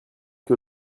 que